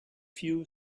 few